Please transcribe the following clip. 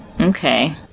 okay